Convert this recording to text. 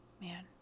man